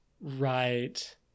Right